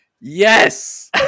yes